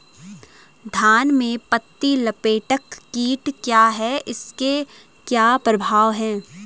धान में पत्ती लपेटक कीट क्या है इसके क्या प्रभाव हैं?